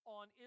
on